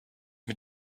mit